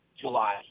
July